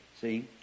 See